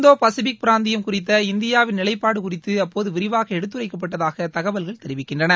இந்தோ Pacific பிராந்தியம் குறித்த இந்தியாவின் நிவைப்பாடு குறித்து அப்போது விரிவாக எடுத்துரைக்கப்பட்டதாக தகவல்கள் தெரிவிக்கின்றன